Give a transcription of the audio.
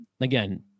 Again